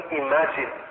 imagine